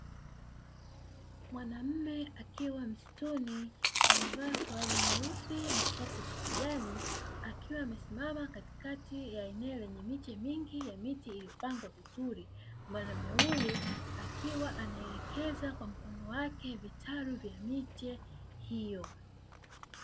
Mwanamme akiwa msituni amevaa suruali nyeusi na shati la kijani akiwa amesimama katikati ya eneo lenye miche mingi ya miti iliyopangwa vizuri. Mwanamme huyu akiwa anaelekeza kwa mkono wake vitalu vya miche hiyo.